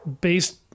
based